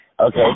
Okay